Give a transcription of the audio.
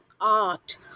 art